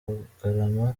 bugarama